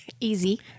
Easy